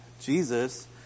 Jesus